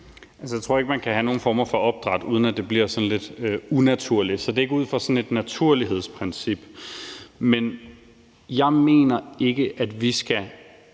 Jeg tror ikke, at man kan have nogen former for opdræt, uden at det bliver sådan lidt unaturligt. Så det er ikke ud fra sådan et naturlighedsprincip. Men jeg mener ikke, at vi skal